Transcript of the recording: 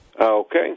Okay